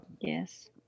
yes